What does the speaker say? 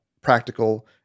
practical